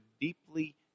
deeply